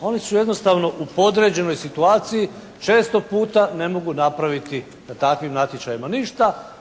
oni su jednostavno u podređenoj situaciji, često puta ne mogu napraviti na takvim natječajima ništa